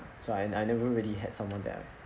so I I never really had someone there